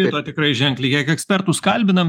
krito tikrai ženkliai kiek ekspertus kalbinam